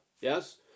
yes